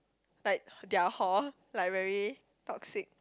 like their hor like very toxic